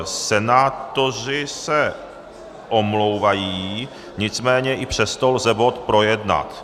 Senátoři se omlouvají, nicméně i přesto lze bod projednat.